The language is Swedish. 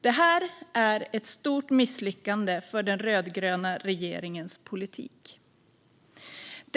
Detta är ett stort misslyckande för den rödgröna regeringens politik.